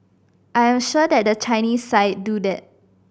I am sure that the Chinese side do that